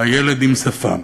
הילד עם שפם.